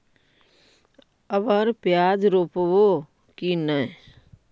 अबर प्याज रोप्बो की नय?